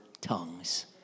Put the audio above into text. tongues